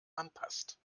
anpasst